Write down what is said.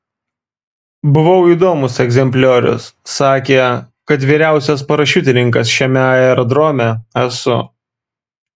buvau įdomus egzempliorius sakė kad vyriausias parašiutininkas šiame aerodrome esu